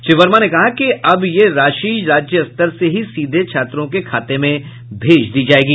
श्री वर्मा ने कहा कि अब यह राशि राज्य स्तर से ही सीधे छात्रों के खाते में भेज दी जायेगी